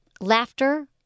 Laughter